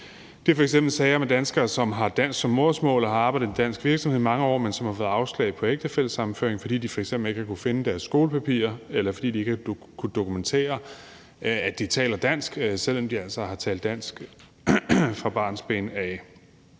Det er f.eks. sager med danskere, som har dansk som modersmål og har arbejdet i en dansk virksomhed i mange år, men som har fået afslag på ægtefællesammenføring, fordi de f.eks. ikke har kunnet finde deres skolepapirer, eller fordi de ikke har kunnet dokumentere, at de taler dansk, selv om de altså har talt dansk fra barnsben af.